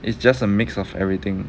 it's just a mix of everything